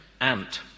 Ant